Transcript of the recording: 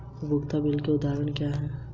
उपयोगिता बिलों के उदाहरण क्या हैं?